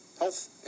health